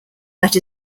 that